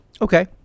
okay